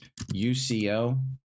UCO